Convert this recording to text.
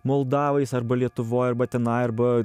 moldavais arba lietuvoj arba tenai arba